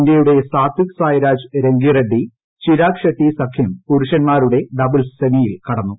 ഇന്ത്യയുടെ സാതിക് സായ്രാജ് രങ്കിറെഡ്ഡി ചിരാഗ് ഷെട്ടി സഖ്യം പുരുഷന്മാരുടെ ഡബിൾസ്് സെമിയിൽ കടന്നു